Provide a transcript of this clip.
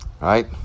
right